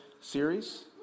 series